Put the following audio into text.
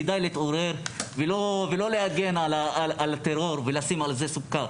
כדאי להתעורר ולא להגן על הטרור ולשים על זה סוכר,